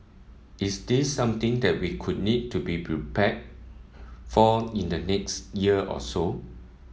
is this something that we would need to be prepared for in the next year or so